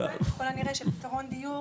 עדיין ככול הנראה שפתרון דיור